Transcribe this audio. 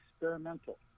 experimental